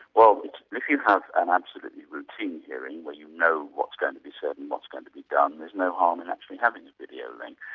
well if you have an absolutely routine hearing where you know what's going to be said and what's going to be done, there's no harm in actually having the video link.